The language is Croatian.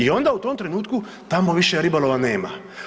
I onda u tom trenutku tamo više ribolova nema.